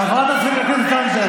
חברת הכנסת זנדברג,